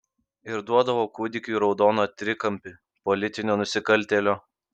ir duodavo kūdikiui raudoną trikampį politinio nusikaltėlio